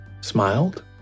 smiled